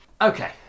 Okay